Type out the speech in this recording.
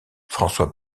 françois